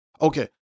Okay